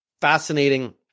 fascinating